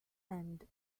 and